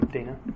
Dana